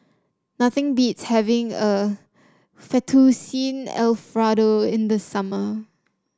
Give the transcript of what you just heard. nothing beats having a Fettuccine Alfredo in the summer